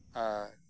ᱟᱨ